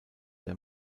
der